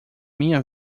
minha